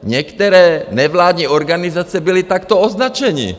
Některé nevládní organizace byly takto označeny.